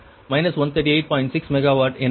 6 megawatt